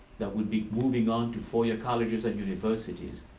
that will be moving on to four-year colleges and universities.